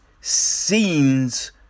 scenes